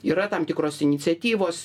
yra tam tikros iniciatyvos